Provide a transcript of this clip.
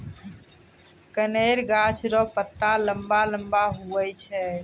कनेर गाछ रो पत्ता लम्बा लम्बा हुवै छै